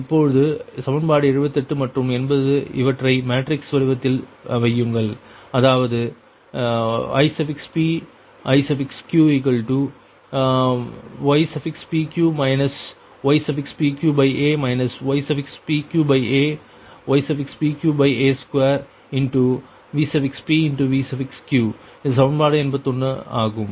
இப்பொழுது சமன்பாடு 78 மற்றும் 80 இவற்றை மேட்ரிக்ஸ் வடிவத்தில் வையுங்கள் அதாவது Ip Iq ypq ypqa ypqa ypqa2 Vp Vq இது சமன்பாடு 81 ஆகும்